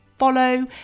follow